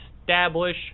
establish